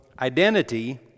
identity